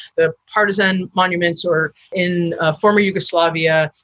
the partisan monuments or in ah former yugoslavia?